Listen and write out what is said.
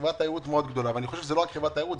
חברת תיירות מאוד גדולה ואני חושב שזה לא רק חברת תיירות,